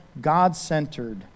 God-centered